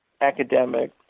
academic